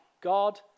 God